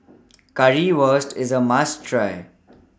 Currywurst IS A must Try